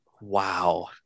Wow